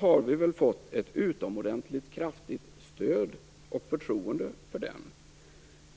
har vi fått ett utomordentligt kraftigt stöd och förtroende för den.